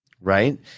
right